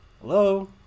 Hello